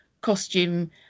costume